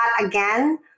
again